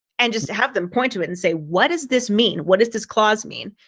and just have them point to it and say, what does this mean? what is this clause mean?